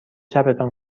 چپتان